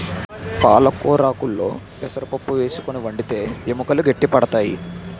పాలకొరాకుల్లో పెసరపప్పు వేసుకుని వండితే ఎముకలు గట్టి పడతాయి